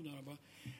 תודה רבה.